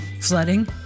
flooding